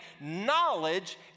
knowledge